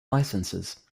licenses